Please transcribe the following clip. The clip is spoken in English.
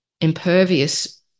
impervious